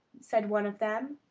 said one of them.